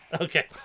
Okay